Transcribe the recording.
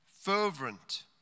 fervent